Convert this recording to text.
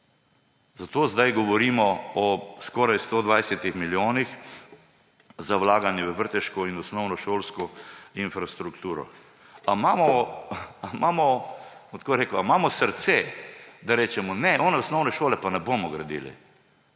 Zato zdaj govorimo o skoraj 120 milijonih za vlaganje v vrtčevsko in osnovnošolsko infrastrukturo. Ali imamo srce, da rečemo, da one osnovne šole pa ne bomo gradili?